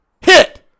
Hit